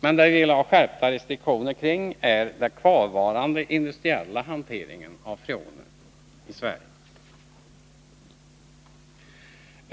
Men det som vi vill ha skärpta restriktioner kring är den kvarvarande industriella hanteringen av freoner i Sverige.